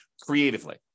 creatively